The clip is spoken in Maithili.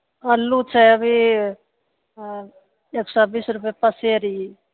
अल्लू छै अभी एक सए बीस रूपे पसेरी